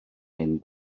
hyn